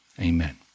amen